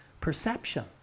perception